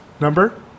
number